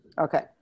Okay